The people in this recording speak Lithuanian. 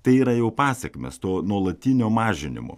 tai yra jau pasekmės to nuolatinio mažinimo